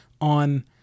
on